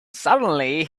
suddenly